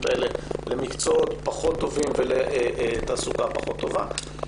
האלה למקצועות פחות טובים ולתעסוקה פחות טובה,